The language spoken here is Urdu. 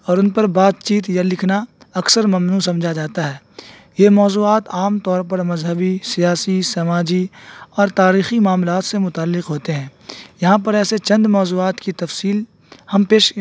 اور ان پر بات چیت یا لکھنا اکثر ممنوع سمجھا جاتا ہے یہ موضوعات عام طور پر مذہبی سیاسی سماجی اور تاریخی معاملات سے متعلق ہوتے ہیں یہاں پر ایسے چند موضوعات کی تفصیل ہم پیش